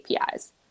APIs